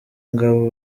ngabo